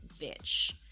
bitch